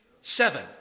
Seven